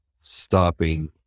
stopping